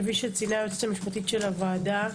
כפי שציינה היועצת המשפטית של הוועדה,